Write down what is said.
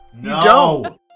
No